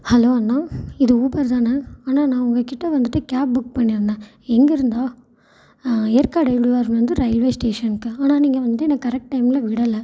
hello அண்ணா இது Uber தானே அண்ணா நான் உங்கள்கிட்ட வந்துட்டு கேப் புக் பண்ணியிருந்தேன் எங்கே இருந்தா ஏற்காடு இருந்து ரயில்வே ஸ்டேஷனுக்கு ஆனால் நீங்கள் வந்துட்டு எனக்கு கரெக்ட் டைமில் விடலை